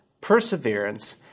perseverance